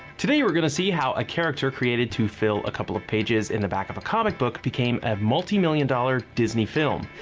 today we're gonna see how a character created to fill a couple of pages in the back of a comic book became a multi-million dollar disney film.